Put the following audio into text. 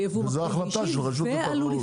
אם היה דיון מעמיק ורציני מול רשות התחרות,